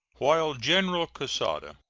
while general quesada,